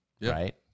Right